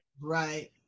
Right